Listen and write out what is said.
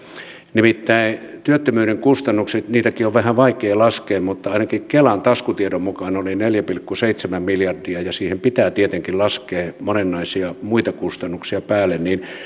nimittäin työttömyyden kustannuksiakin on vähän vaikea laskea mutta ainakin kelan taskutiedon mukaan ne olivat neljä pilkku seitsemän miljardia ja siihen pitää tietenkin laskea monenlaisia muita kustannuksia päälle niin